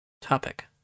topic